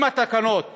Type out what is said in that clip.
אם התקנות